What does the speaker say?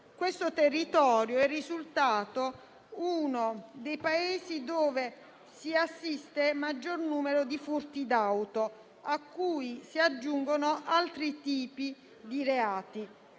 di Bari, che è risultato uno dei paesi in cui si assiste al maggior numero di furti d'auto, a cui si aggiungono altri tipi di reati.